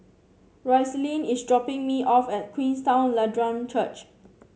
Roselyn is dropping me off at Queenstown Lutheran Church